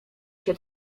się